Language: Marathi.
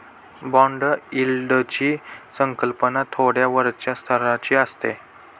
बाँड यील्डची संकल्पना थोड्या वरच्या स्तराची असते